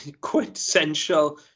quintessential